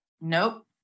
Nope